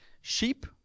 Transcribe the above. sheep